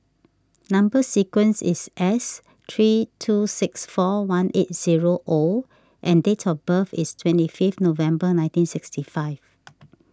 Number Sequence is S three two six four one eight zero O and date of birth is twenty fifth November nineteen sixty five